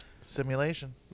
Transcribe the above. Simulation